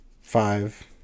five